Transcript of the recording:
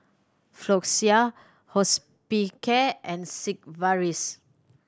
Floxia Hospicare and Sigvaris